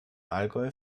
allgäu